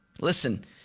Listen